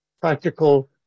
practical